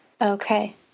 Okay